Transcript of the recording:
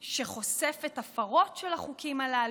שחושפת הפרות של החוקים הללו,